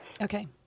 Okay